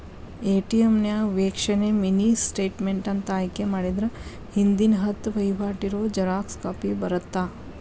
ATM ನ್ಯಾಗ ವೇಕ್ಷಣೆ mini statement ಅಂತ ಆಯ್ಕೆ ಮಾಡಿದ್ರ ಹಿಂದಿನ ಹತ್ತ ವಹಿವಾಟ್ ಇರೋ ಜೆರಾಕ್ಸ್ ಕಾಪಿ ಬರತ್ತಾ